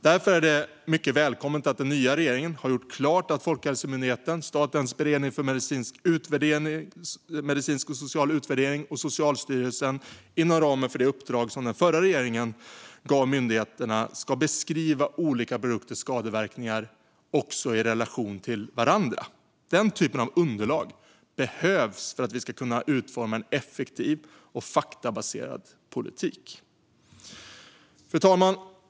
Därför är det mycket välkommet att den nya regeringen har gjort klart att Folkhälsomyndigheten, Statens beredning för medicinsk och social utvärdering samt Socialstyrelsen inom ramen för det uppdrag som myndigheterna fick av den förra regeringen nu också ska beskriva olika produkters skadeverkningar i relation till varandra. Den typen av underlag behövs för att kunna utforma en effektiv och faktabaserad politik. Fru talman!